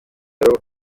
roho